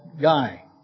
guy